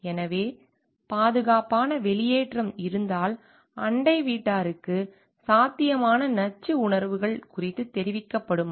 எனவே பாதுகாப்பான வெளியேற்றம் இருந்தால் அண்டை வீட்டாருக்கு சாத்தியமான நச்சு உணர்வுகள் குறித்து தெரிவிக்கப்படுமா